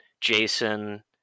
jason